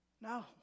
no